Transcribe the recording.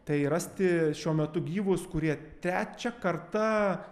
tai rasti šiuo metu gyvus kurie trečia karta